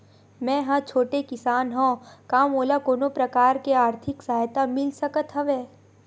मै ह छोटे किसान हंव का मोला कोनो प्रकार के आर्थिक सहायता मिल सकत हवय?